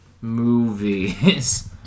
movies